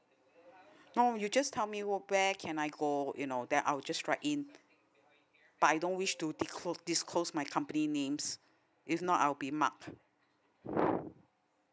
no you just tell me where can I go you know then I'll just write in but I don't wish to disclose disclose my company names if not I'll be mark